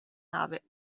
nave